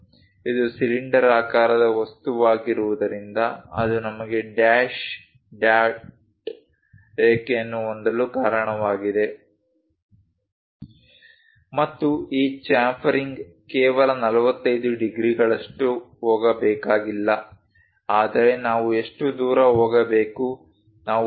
ಇದು ಸಿಲಿಂಡರಾಕಾರದ ವಸ್ತುವಾಗಿರುವುದರಿಂದ ಅದು ನಮಗೆ ಡ್ಯಾಶ್ ಡಾಟ್ ರೇಖೆಯನ್ನು ಹೊಂದಲು ಕಾರಣವಾಗಿದೆ ಮತ್ತು ಈ ಚ್ಯಾಂಪರಿಂಗ್ ಕೇವಲ 45 ಡಿಗ್ರಿಗಳಷ್ಟು ಹೋಗಬೇಕಾಗಿಲ್ಲ ಆದರೆ ನಾವು ಎಷ್ಟು ದೂರ ಹೋಗಬೇಕು ನಾವು 0